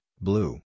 blue